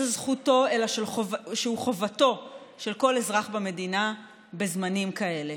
זכותו אלא שהוא חובתו של כל אזרח במדינה בזמנים כאלה.